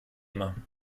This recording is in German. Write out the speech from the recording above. immer